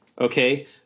okay